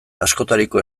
askotariko